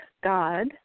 God